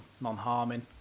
non-harming